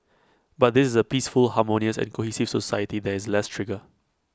but this is A peaceful harmonious and cohesive society there is less trigger